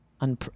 un